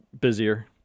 busier